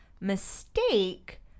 mistake